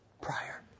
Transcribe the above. prior